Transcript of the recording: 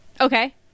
Okay